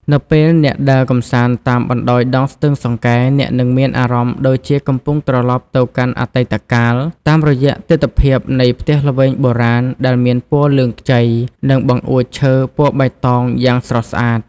នៅពេលអ្នកដើរកម្សាន្តតាមបណ្តោយដងស្ទឹងសង្កែ អ្នកនឹងមានអារម្មណ៍ដូចជាកំពុងត្រលប់ទៅកាន់អតីតកាល តាមរយៈទិដ្ឋភាពនៃផ្ទះល្វែងបុរាណដែលមានពណ៌លឿងខ្ចី និងបង្អួចឈើពណ៌បៃតងយ៉ាងស្រស់ស្អាត។